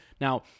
Now